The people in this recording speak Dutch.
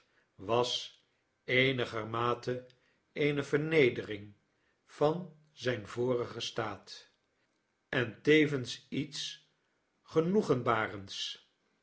was eenigermate eene vernedering van zijn vorigen staat en tevens iets genoegenbarends maar